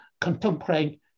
contemporary